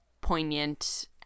poignant